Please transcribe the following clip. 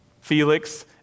Felix